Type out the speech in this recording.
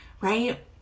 right